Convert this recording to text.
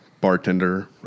bartender